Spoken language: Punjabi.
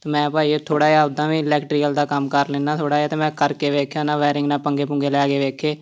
ਮੈਂ ਭਾਅ ਜੀ ਆ ਥੋੜ੍ਹਾ ਜਿਹਾ ਉਦਾਂ ਵੀ ਇਲੈਟ੍ਰੀਕਲ ਦਾ ਕੰਮ ਕਰ ਲੈਂਦਾ ਥੋੜ੍ਹਾ ਜਿਹਾ ਅਤੇ ਮੈਂ ਕਰਕੇ ਦੇਖਿਆ ਨਾ ਵੈਰਿੰਗ ਨਾਲ ਪੰਗੇ ਪੁੰਗੇ ਲੈ ਕੇ ਦੇਖੇ